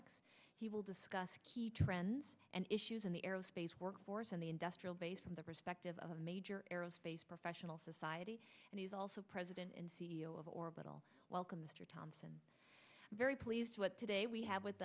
astronautics he will discuss key trends and issues in the aerospace work force and the industrial base from the perspective of major aerospace professional society and he's also president and c e o of orbital welcome mr thomson very pleased today we have with